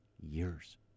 years